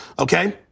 Okay